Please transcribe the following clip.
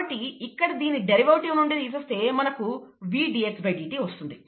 కాబట్టి ఇక్కడ దీన్ని డెరివేటివ్ నుండి తీసేస్తే మనకు V dxdt వస్తుంది